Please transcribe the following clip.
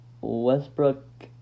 Westbrook